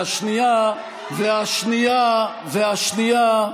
והשנייה, והשנייה,